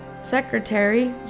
Secretary